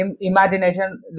Imagination